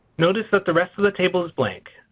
notice that the rest of the table is blank.